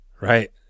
Right